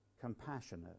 compassionate